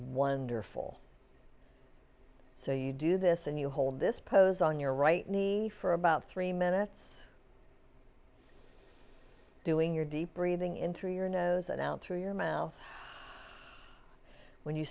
wonderful so you do this and you hold this pose on your right need for about three minutes doing your deep breathing in through your nose and out through your mouth when you